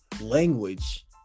language